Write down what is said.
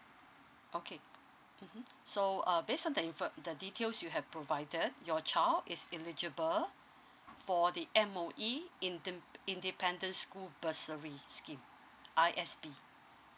okay mmhmm so uh based on the info the details you have provided your child is eligible for the M_O_E inde~ independent school bursary scheme I_S_B